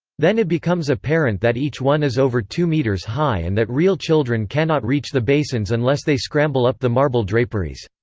then it becomes apparent that each one is over two metres high and that real children cannot reach the basins unless they scramble up the marble draperies.